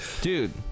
Dude